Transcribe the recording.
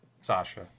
Sasha